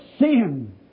sin